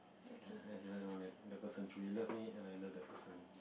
ya that's how I know that that person truly love me and I love that person